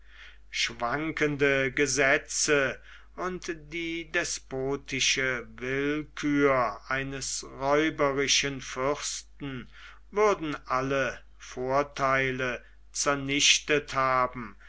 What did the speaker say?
schwankende gesetze und die despotische willkür eines räuberischen fürsten würden alle vortheile zernichtet haben